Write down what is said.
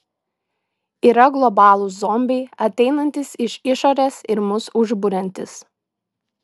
yra globalūs zombiai ateinantys iš išorės ir mus užburiantys